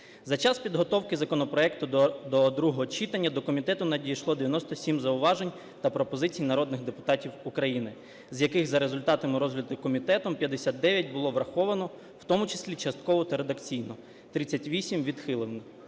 За час підготовки законопроекту до другого читання до комітету надійшло 97 зауважень та пропозицій народних депутатів України, з яких за результатами розгляду комітетом 59 було враховано, в тому числі частково та редакційно, 38 відхилено.